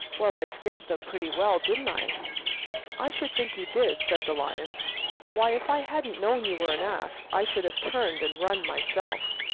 well, i scared them pretty well, didn't i? i should think you did, said the lion why, if i hadn't known you were an ass, i should have turned and run myself.